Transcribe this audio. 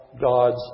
God's